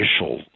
initial